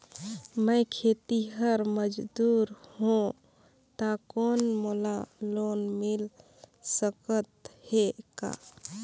मैं खेतिहर मजदूर हों ता कौन मोला लोन मिल सकत हे का?